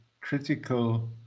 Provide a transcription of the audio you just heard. critical